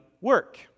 work